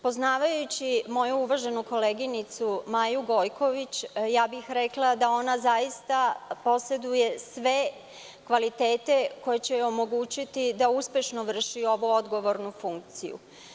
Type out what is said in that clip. Poznavajući moju uvaženu koleginicu Maju Gojković, rekla bih da ona zaista poseduje sve kvalitete koji će joj omogućiti da uspešno vrši ovu odgovornu funkciju.